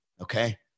okay